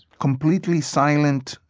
completely silent,